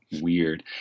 weird